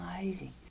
amazing